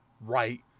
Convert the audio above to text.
right